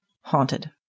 haunted